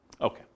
Okay